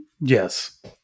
Yes